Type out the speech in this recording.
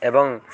ଏବଂ